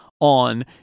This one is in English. on